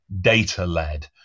data-led